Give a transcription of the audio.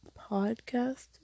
podcast